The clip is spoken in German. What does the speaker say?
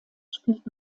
spielt